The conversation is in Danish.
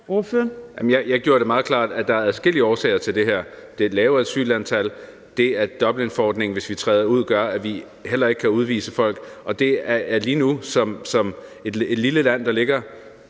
Jeg gjorde det meget klart, at der er adskillige årsager til det her – det lave asylantal, det, at Dublinforordningen, hvis vi træder ud, gør, at vi heller ikke kan udvise folk. Vi er et lille land, der ligger